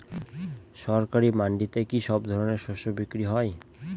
সরকারি মান্ডিতে কি সব ধরনের শস্য বিক্রি হয়?